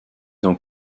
dans